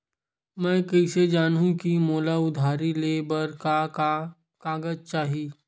मैं कइसे जानहुँ कि मोला उधारी ले बर का का कागज चाही?